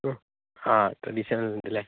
ആ ആ ട്രഡീഷണലിണ്ട്ലെ